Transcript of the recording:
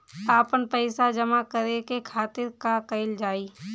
आपन पइसा जमा करे के खातिर का कइल जाइ?